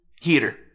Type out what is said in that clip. Heater